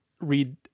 read